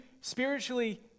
spiritually